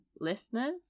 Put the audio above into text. listeners